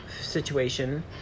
situation